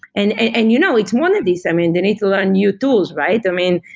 and and you know, it's one of these. i mean, they need to learn new tools, right? i mean,